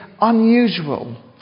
unusual